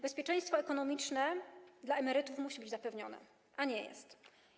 Bezpieczeństwo ekonomiczne dla emerytów musi być zapewnione, a nie jest.